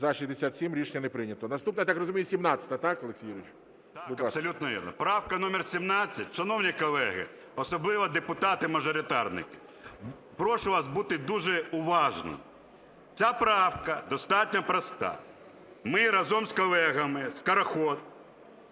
За-67 Рішення не прийнято. Наступна, я так розумію, 17-а, так, Олексій Юрійович? 18:31:06 КУЧЕРЕНКО О.Ю. Так, абсолютно вірно. Правка номер 17. Шановні колеги, особливо депутати-мажоритарники, прошу вас бути дуже уважним. Ця правка достатньо проста. Ми разом з колегами, Скороход